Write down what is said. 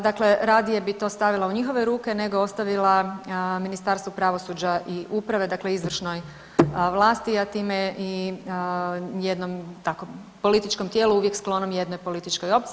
Dakle, radije bi to stavila u njihove ruke nego ostavila Ministarstvu pravosuđa i uprave, dakle izvršnoj vlasti, a time jednom tako političkom tijelu uvijek sklonom jednom političkoj opciji.